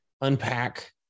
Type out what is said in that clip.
unpack